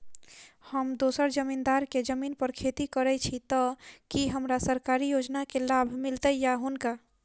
हम दोसर जमींदार केँ जमीन पर खेती करै छी तऽ की हमरा सरकारी योजना केँ लाभ मीलतय या हुनका?